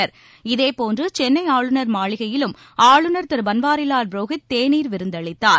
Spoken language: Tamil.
சென்னை இதேபோன்று ஆளுநர் மாளிகையிலும் ஆளுநர் திரு பன்வாரிலால் புரோஹித் தேநீர் விருந்தளித்தார்